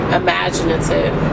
imaginative